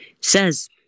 says